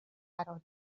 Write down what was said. قرار